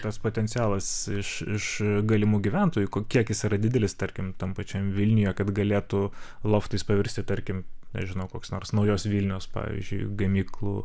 tas potencialas iš iš galimų gyventojų kiekis jis yra didelis tarkim tam pačiam vilniuje kad galėtų loftais pavirsti tarkim nežino koks nors naujosios vilnios pavyzdžiui gamyklų